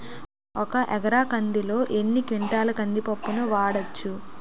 ఒక ఎకర కందిలో ఎన్ని క్వింటాల కంది పప్పును వాడచ్చు?